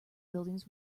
buildings